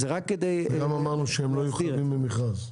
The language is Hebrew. גם אמרנו שהם לא יהיו חייבים במכרז.